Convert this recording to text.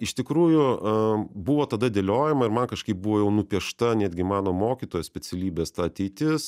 iš tikrųjų buvo tada dėliojama ir man kažkaip buvo jau nupiešta netgi mano mokytojo specialybės ta ateitis